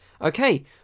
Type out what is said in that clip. Okay